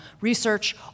research